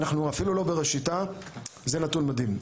אנחנו אפילו לא במחציתה, זה נתון מדהים.